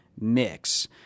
mix